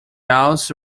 also